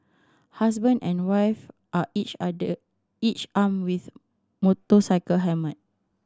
husband and wife are each each armed with motorcycle helmet